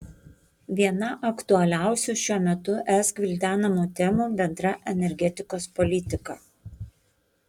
viena aktualiausių šiuo metu es gvildenamų temų bendra energetikos politika